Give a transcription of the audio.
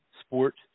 sport